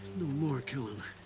more killing.